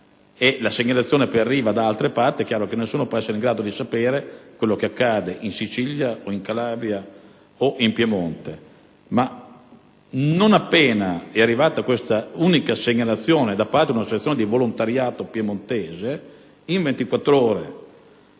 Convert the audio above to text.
e la segnalazione poi arriva da altre parti, nessuno può essere in grado di sapere quello che accade in Sicilia o in Calabria, piuttosto che in Piemonte. Tuttavia, non appena è arrivata questa unica segnalazione da parte di un'associazione di volontariato piemontese, in